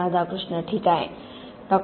राधाकृष्ण ठीक आहे डॉ